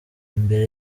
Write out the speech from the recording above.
imbere